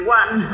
one